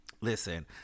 Listen